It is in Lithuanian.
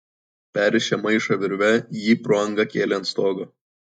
perrišę maišą virve jį pro angą kėlė ant stogo